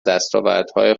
دستاوردهای